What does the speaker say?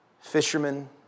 fishermen